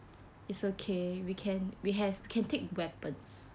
it's okay we can we have can take weapons